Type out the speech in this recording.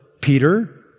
Peter